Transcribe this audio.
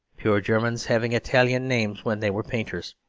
pure germans having italian names when they were painters,